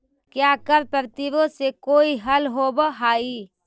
क्या कर प्रतिरोध से कोई हल होवअ हाई